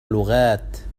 لغات